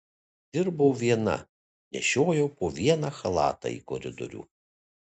dirbau viena nešiojau po vieną chalatą į koridorių